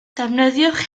defnyddiwch